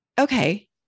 okay